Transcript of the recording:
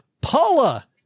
Paula